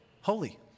Holy